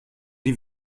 die